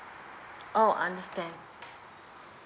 oh understand